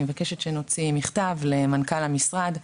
אני מבקשת שנוציא מכתב למנכ"ל המשרד,